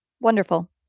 wonderful